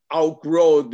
outgrow